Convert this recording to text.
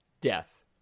Death